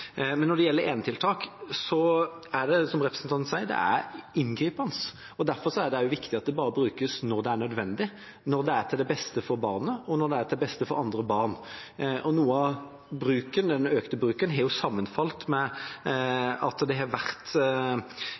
Når det gjelder enetiltak, er det som representanten sier, inngripende. Derfor er det viktig at det bare brukes når det er nødvendig, når det er til det beste for barnet, og når det er til det beste for andre barn. Noe av den økte bruken har falt sammen med at det også har vært